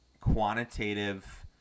quantitative